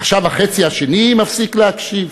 עכשיו החצי השני מפסיק להקשיב?